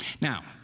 Now